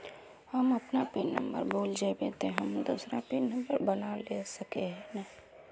हम अपन pin number भूल जयबे ते हम दूसरा पिन नंबर बना सके है नय?